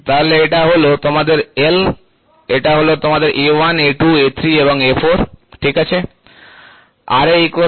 তাহলে এটা হলো তোমাদের L এটা হলো তোমাদের A1 A2 A3 এবং A4 ঠিক আছে